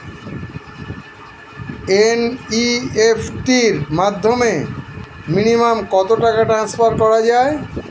NEFT র মাধ্যমে minimum কত টাকা টান্সফার করা যায়?